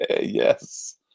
yes